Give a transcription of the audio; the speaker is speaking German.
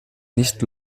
nicht